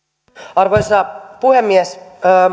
arvoisa puhemies